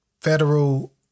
Federal